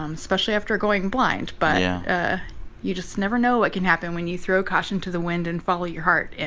um especially after going blind yeah but you just never know what can happen when you throw caution to the wind and follow your heart. and.